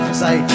say